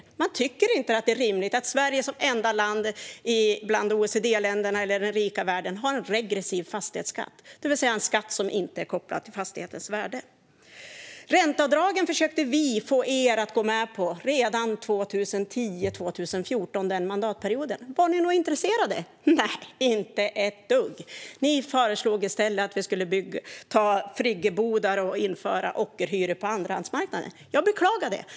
Människor tycker inte att det är rimligt att Sverige som enda land bland OECD-länderna i den rika världen har en regressiv fastighetsskatt, det vill säga en skatt som inte är kopplad till fastighetens värde. Vi försökte få er att gå med på en begränsning av ränteavdragen redan mandatperioden 2010-2014. Var ni intresserade av det? Nej, inte ett dugg. Ni föreslog i stället att vi skulle ha friggebodar och införa ockerhyror på andrahandsmarknaden. Jag beklagar det.